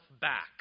back